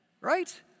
right